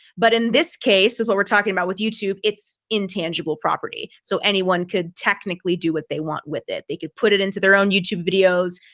but in this case, what we're talking about with youtube, it's intangible property, so anyone could technically do what they want with it, they could put it into their own youtube videos.